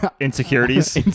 Insecurities